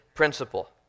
Principle